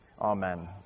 Amen